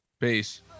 Peace